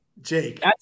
Jake